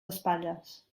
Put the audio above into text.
espatlles